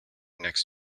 next